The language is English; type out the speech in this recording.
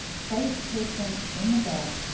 placed patient in the bed,